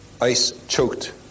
ice-choked